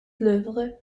fleuve